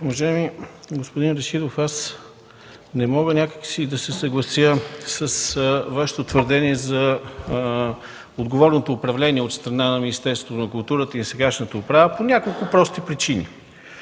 Уважаеми господин Рашидов, не мога да се съглася с Вашето твърдение за отговорното управление от страна на Министерството на културата и на сегашната управа по няколко прости причини.